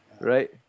right